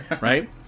right